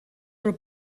were